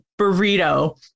burrito